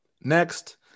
next